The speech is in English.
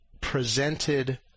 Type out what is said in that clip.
presented